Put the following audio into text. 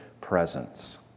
presence